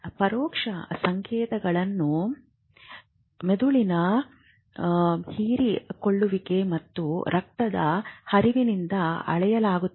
ಪರೋಕ್ಷ ಸಂಕೇತಗಳನ್ನು ಮೆದುಳಿನ ಹೀರಿಕೊಳ್ಳುವಿಕೆ ಮತ್ತು ರಕ್ತದ ಹರಿವಿನಿಂದ ಅಳೆಯಲಾಗುತ್ತದೆ